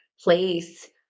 place